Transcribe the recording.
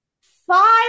Five